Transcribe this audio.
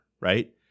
right